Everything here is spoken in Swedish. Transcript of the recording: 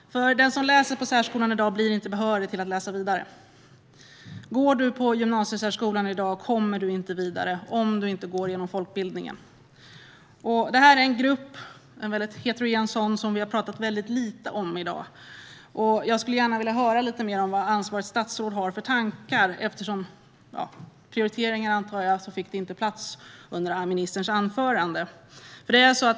Den som läser på särskolan i dag blir inte behörig till att läsa vidare, om man inte går genom folkbildningen, Det här är en heterogen grupp som vi har pratat väldigt lite om i dag. Jag skulle gärna vilja höra lite mer om vad ansvarigt statsråd har för tankar, eftersom jag antar att de inte fick plats under ministerns anförande.